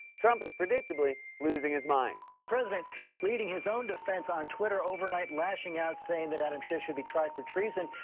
trump is predictably losing his mind. the president leading his own defense on twitter overnight lashing out, saying that adam schiff should be tried for treason,